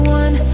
one